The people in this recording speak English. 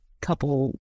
couple